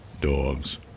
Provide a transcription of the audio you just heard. dogs